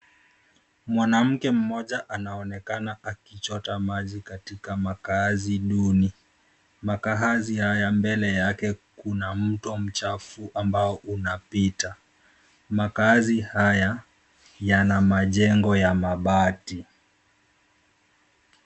Mwanamke mmoja anaonekana aki chota maji katika makazi duni. Makazi haya mbele yake kuna mto mchafu ambao unaopita. Makazi haya yana majengo ya mabati.